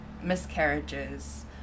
miscarriages